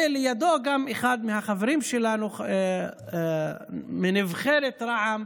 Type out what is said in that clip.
לידו גם אחד מהחברים שלנו מנבחרת רע"מ,